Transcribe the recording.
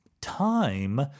Time